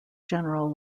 general